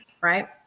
right